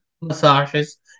massages